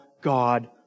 God